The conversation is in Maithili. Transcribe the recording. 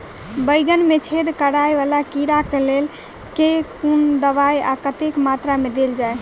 बैंगन मे छेद कराए वला कीड़ा केँ लेल केँ कुन दवाई आ कतेक मात्रा मे देल जाए?